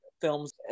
films